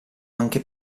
anche